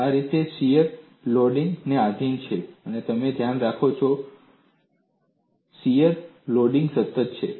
આ આ રીતે શીયર લોડિંગને આધિન છે અને તમને ધ્યાનમાં રાખો શીયર લોડિંગ સતત છે